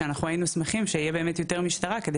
שאנחנו היינו שמחים שיהיה באמת יותר משטרה כדי